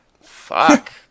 Fuck